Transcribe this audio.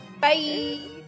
bye